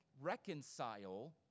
reconcile